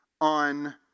on